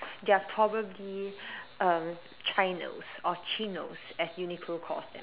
they are probably um chinos or chinos as Uniqlo calls them